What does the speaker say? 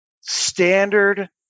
standard